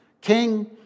King